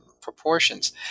proportions